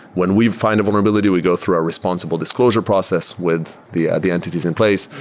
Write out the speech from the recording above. when we find a vulnerability, we go through a responsible disclosure process with the the entities in place.